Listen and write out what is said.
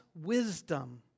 wisdom